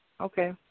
Okay